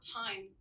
time